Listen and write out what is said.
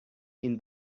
این